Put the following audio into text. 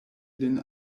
lin